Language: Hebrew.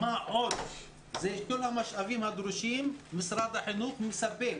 מה גם שאת כל המשאבים הדרושים משרד החינוך מספק.